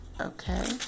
okay